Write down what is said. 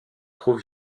trop